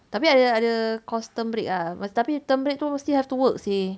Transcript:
tapi ada ada course term break ah tapi term break tu mesti have to work seh